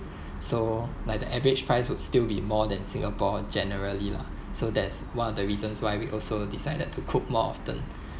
so like the average price would still be more than singapore generally lah so that's one of the reasons why we also decided to cook more often